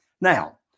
Now